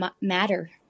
Matter